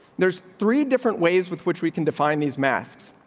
there's three different ways with which we can define these masks.